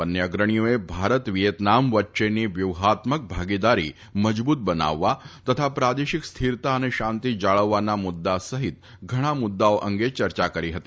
બંને અગ્રણીઓએ ભારત વિયેતનામ વચ્ચેની વ્યૂહાત્મક ભાગીદારી મજબૂત બનાવવા તથા પ્રાદેશિક સ્થિરત અને શાંતિ જાળવવાના મુદ્દા સહિત ઘણા મુદ્દાઓ અંગે ચર્ચા કરી હતી